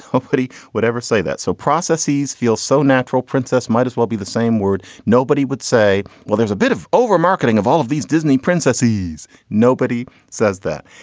nobody would ever say that so processs feels so natural. princess might as well be the same word. nobody would say, well, there's a bit of over marketing of all of these disney princesses. nobody says that.